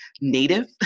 native